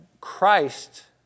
Christ